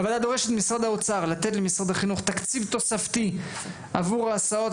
הוועדה דורשת ממשרד האוצר לתת למשרד החינוך תקציב תוספתי עבור הסעות.